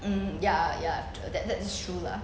mm ya ya uh that that's true lah